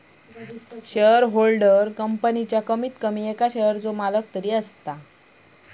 shareholder कंपनीच्या कमीत कमी एका शेयरचो मालक असता